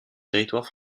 territoire